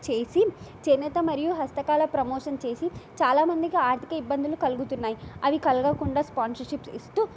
చేసి చేనేత మరియు హస్తకళల ప్రమోషన్ చేసి చాలామందికి ఆర్థిక ఇబ్బందులు కలుగుతున్నాయి అవి కలగకుండా స్పాన్సర్షిప్ ఇస్తూ